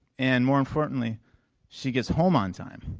and more importantly she get's home on time.